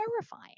terrifying